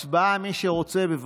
הצבעה, מי שרוצה, בבקשה.